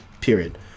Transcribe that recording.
period